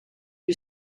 you